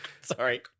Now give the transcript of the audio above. Sorry